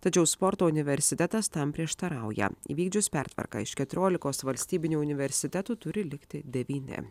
tačiau sporto universitetas tam prieštarauja įvykdžius pertvarką iš keturiolikos valstybinių universitetų turi likti devyni